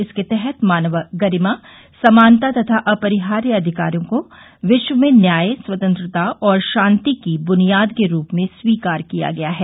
इसके तहत मानव गरिमा समानता तथा अपरिहार्य अधिकारों को विश्व में न्याय स्वतंत्रता और शांतिकी बुनियाद के रूप में स्वीकार किया गया है